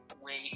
wait